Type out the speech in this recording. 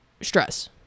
stress